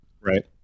Right